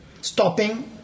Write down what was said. stopping